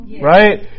Right